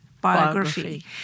biography